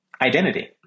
identity